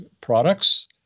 products